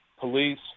Police